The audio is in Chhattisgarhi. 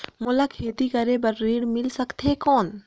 मोला खेती करे बार ऋण मिल सकथे कौन?